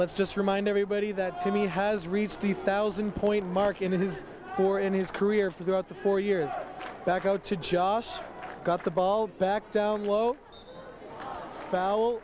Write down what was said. let's just remind everybody that timmy has reached the thousand point mark in his four in his career for throughout the four years back out to josh got the ball back down low